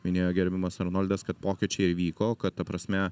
minėjo gerbiamas arnoldas kad pokyčiai įvyko kad ta prasme